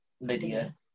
Lydia